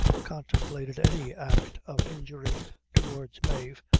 contemplated any act of injury towards mave,